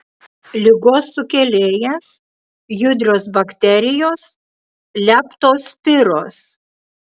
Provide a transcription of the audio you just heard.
ligos sukėlėjas judrios bakterijos leptospiros